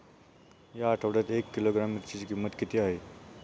या आठवड्यात एक किलोग्रॅम मिरचीची किंमत किती आहे?